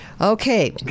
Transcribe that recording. Okay